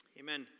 Amen